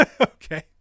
Okay